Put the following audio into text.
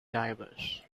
divers